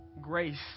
grace